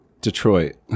Detroit